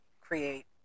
create